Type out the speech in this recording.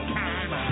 time